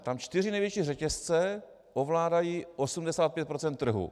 Tam čtyři největší řetězce ovládají 85 % trhu.